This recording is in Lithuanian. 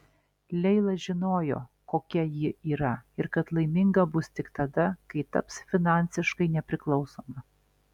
leila žinojo kokia ji yra ir kad laiminga bus tik tada kai taps finansiškai nepriklausoma